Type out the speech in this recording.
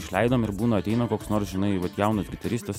išleidom ir būna ateina koks nors žinai vat jaunas gitaristas